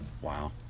Wow